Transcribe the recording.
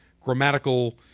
grammatical